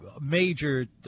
major